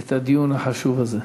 את הדיון החשוב הזה.